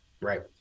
Right